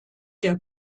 der